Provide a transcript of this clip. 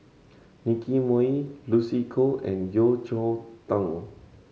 Nicky Moey Lucy Koh and Yeo Cheow Tong